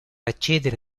accedere